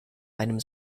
einem